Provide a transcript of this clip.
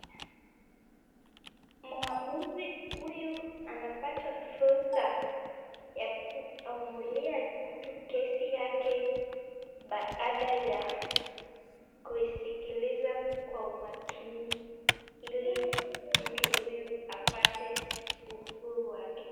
Muamuzi huyu anapata fursa ya kuamulia mtu kesi yake, baada ya kuisikiliza kwa umakini, ili mtu huyu apate uhuru wake.